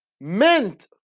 meant